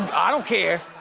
i don't care.